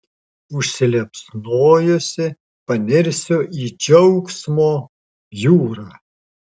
užsiliepsnojusi panirsiu į džiaugsmo jūrą